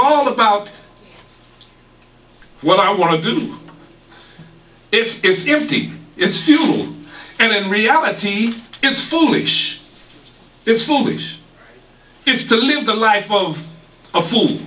all about what i want to do if it's the empty its fuel and in reality it's foolish it's foolish is to live the life of a foo